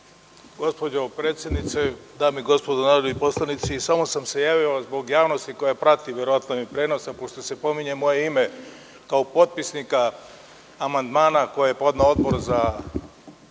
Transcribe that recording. Gospođo predsednice, dame i gospodo narodni poslanici, samo sam se javio zbog javnosti koja prati verovatno ovaj prenos. Pošto se pominje moje ime kao potpisnika amandmana koji podneo Odbor za